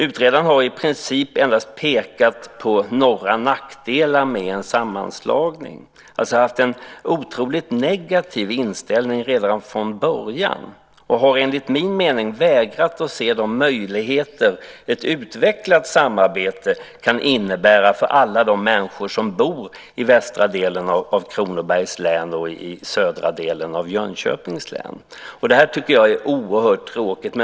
Utredaren har i princip endast pekat på några nackdelar med en sammanslagning och alltså haft en otroligt negativ inställning redan från början och har, enligt min mening, vägrat att se de möjligheter ett utvecklat samarbete kan innebära för alla de människor som bor i västra delen av Kronobergs län och södra delen av Jönköpings län. Det tycker jag är oerhört tråkigt.